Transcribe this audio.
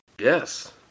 Yes